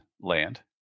land